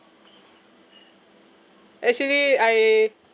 actually I